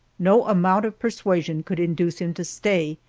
no amount of persuasion could induce him to stay,